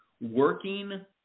Working